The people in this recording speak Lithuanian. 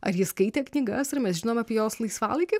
ar ji skaitė knygas ar mes žinome apie jos laisvalaikį